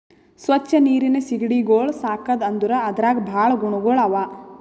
ಸ್ವಚ್ ನೀರಿನ್ ಸೀಗಡಿಗೊಳ್ ಸಾಕದ್ ಅಂದುರ್ ಅದ್ರಾಗ್ ಭಾಳ ಗುಣಗೊಳ್ ಅವಾ